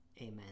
Amen